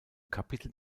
kapitel